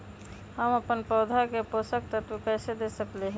हम अपन पौधा के पोषक तत्व कैसे दे सकली ह?